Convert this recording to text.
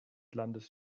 landes